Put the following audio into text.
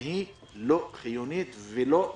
שהיא לא חיונית ולא נחוצה.